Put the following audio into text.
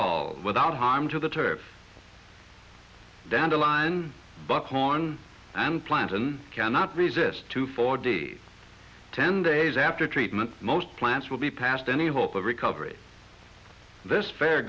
all without harm to the turf dandelion buckhorn and plantain cannot resist two forty ten days after treatment most plants will be past any hope of recovery this fair